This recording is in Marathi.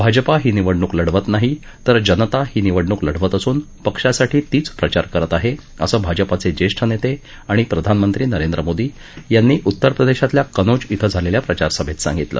भाजपा ही निवडणूक लढवत नाही तर जनता ही निवडणूक लढवत असून पक्षासाठी तीच प्रचार करत आहे असं भाजपाचे ज्येष्ठ नेते आणि प्रधानमंत्री नरेंद्र मोदी यांनी उत्तरप्रदेशातल्या कनोज इथं झालेल्या प्रचारसभेत सांगितलं